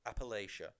Appalachia